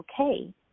okay